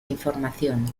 información